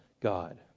God